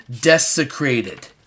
desecrated